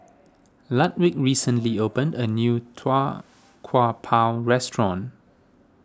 Ludwig recently opened a new Tau Kwa Pau restaurant